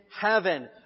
heaven